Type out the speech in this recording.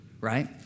Right